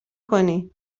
کنی